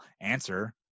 answer